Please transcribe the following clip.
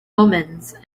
omens